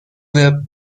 web